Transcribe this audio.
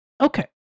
okay